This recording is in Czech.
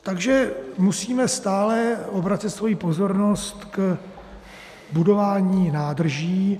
Takže musíme stále obracet svoji pozornost k budování nádrží.